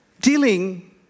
Dealing